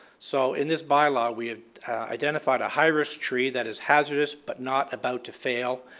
so in this by law, we have identified a high risk tree that is hazardous but not about to fail.